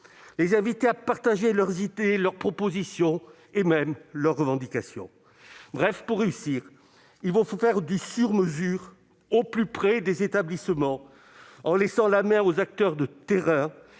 les invitant à partager leurs idées, leurs propositions et même leurs revendications. Bref, pour réussir, il vous faut faire du sur-mesure, au plus près des établissements, en laissant la main aux acteurs de terrain.